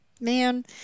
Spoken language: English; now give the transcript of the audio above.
Man